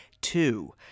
two